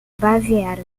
baviera